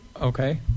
Okay